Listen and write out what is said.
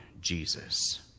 Jesus